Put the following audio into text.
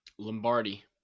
Lombardi